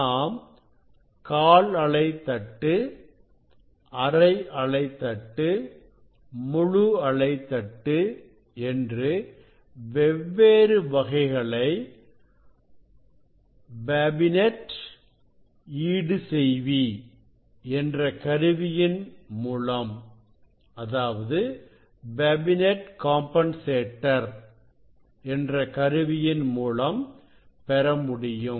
நாம் கால் அலைத் தட்டு அரை அலைத் தட்டு முழு அலை தட்டு என்று வெவ்வேறு வகைகளை பாபினெட் ஈடுசெய்வி என்ற கருவியின் மூலம் பெற முடியும்